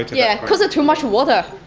yeah, because of too much water.